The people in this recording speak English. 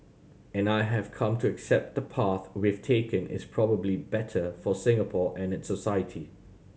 and I have come to accept the path we've taken is probably better for Singapore and its society